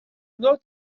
not